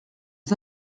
des